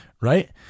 Right